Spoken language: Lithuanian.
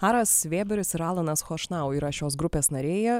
aras vėberis ir alanas chošnau yra šios grupės nariai